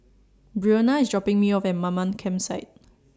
Breonna IS dropping Me off At Mamam Campsite